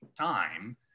time